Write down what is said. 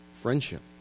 friendship